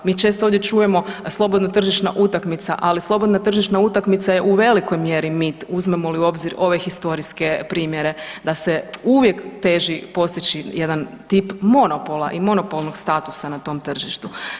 Mi često ovdje čujemo slobodna tržišna utakmica, ali slobodna tržišna utakmica je u velikoj mjeri mit uzmemo li u obzir ove historijske primjere da se uvijek teži postići jedan tip monopola i monopolnog statusa na tom tržištu.